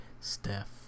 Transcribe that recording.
Steph